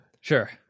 Sure